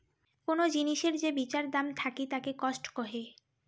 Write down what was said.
কোন জিনিসের যে বিচার দাম থাকিতাকে কস্ট কহে